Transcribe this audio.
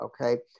okay